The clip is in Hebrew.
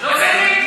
תגיד לי.